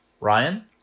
Ryan